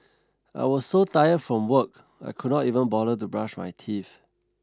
I was so tired from work I could not even bother to brush my teeth